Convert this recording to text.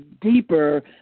deeper